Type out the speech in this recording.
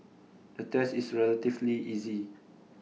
the test is relatively easy